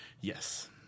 Yes